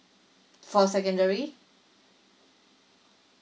for secondary